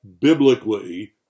biblically